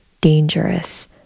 dangerous